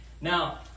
Now